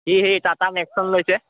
সি সেই টাটা নেক্সন লৈছে